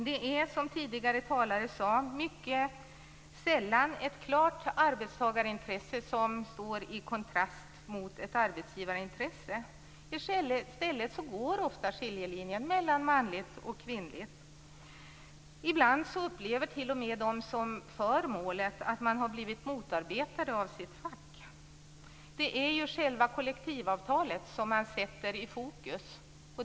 Det är, som tidigare talare sade, mycket sällan ett klart arbetstagarintresse som står i kontrast till ett arbetsgivarintresse. Skiljelinjen går i stället ofta mellan manligt och kvinnligt. Ibland upplever t.o.m. de som för målet att de har blivit motarbetade av sitt fack. Det är själva kollektivavtalet som man sätter i fokus.